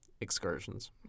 excursions